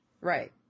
Right